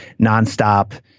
nonstop